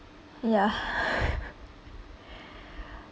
ya